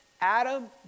Adam